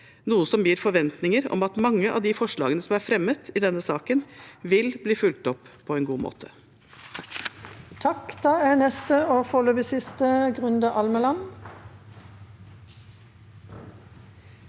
noe som gir forventninger om at mange av de forslagene som er fremmet i denne saken, vil bli fulgt opp på en god måte.